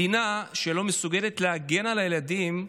מדינה שלא מסוגלת להגן על הילדים,